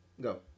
go